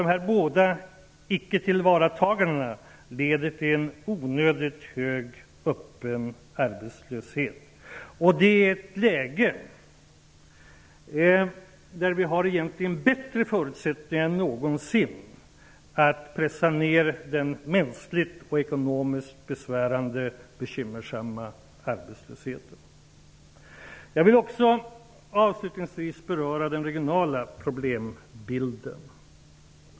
De här båda icke-tillvaratagandena leder, som sagt var, till en onödigt hög öppen arbetslöshet, detta i ett läge där vi egentligen har bättre förutsättningar än någonsin att pressa ner den mänskligt och ekonomiskt besvärande och bekymmersamma arbetslösheten. Jag vill avslutningsvis beröra den regionala problembilden.